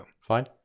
Fine